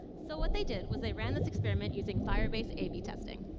so what they did was they ran this experiment using firebase a b testing.